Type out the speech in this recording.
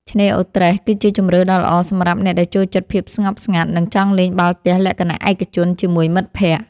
ឆ្នេរអូរត្រេះគឺជាជម្រើសដ៏ល្អសម្រាប់អ្នកដែលចូលចិត្តភាពស្ងប់ស្ងាត់ និងចង់លេងបាល់ទះលក្ខណៈឯកជនជាមួយមិត្តភក្តិ។